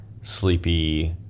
sleepy